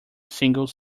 single